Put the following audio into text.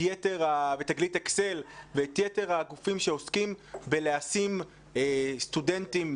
את תגלית אקסל ואת יתר הגופים שעוסקים בהשמת סטודנטים,